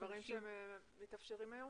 פריט 49,